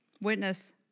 Witness